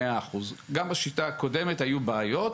וגם בשיטה הקודמת היו בעיות.